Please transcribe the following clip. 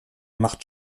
macht